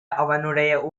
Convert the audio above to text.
அவனுடைய